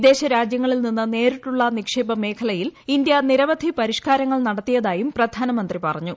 വിദേശ രാജ്യങ്ങളിൽ നിന്ന് നേരിട്ടുള്ള നിക്ഷേപ മേഖലയിൽ ഇന്ത്യ നിരവധി പരിഷ്ക്കാരങ്ങൾ നടത്തിയതായും പ്രധാനമന്ത്രി പറഞ്ഞു